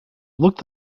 looked